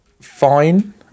fine